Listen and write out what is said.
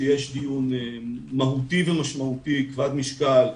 שיש דיון מהותי ומשמעותי כבד משקל,